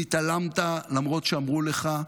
אם התעלמת למרות שאמרו לך,